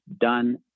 done